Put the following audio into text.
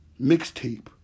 mixtape